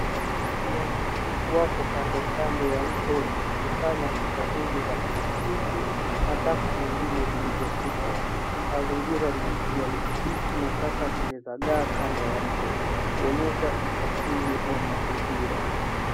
Watu wawili wako kando kando ya mto wakikusanya chupa nyingi za plastiki na taka nyingine zilizotupwa. Mazingira ni ya kijani kibichi na taka zimezagaa kando ya mto kuonyesha uchafuzi wa mazingira.